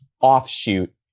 offshoot